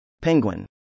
Penguin